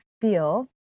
feel